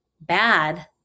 bad